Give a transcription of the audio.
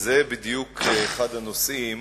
זה בדיוק אחד הנושאים